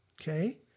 Okay